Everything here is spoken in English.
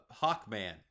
hawkman